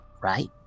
right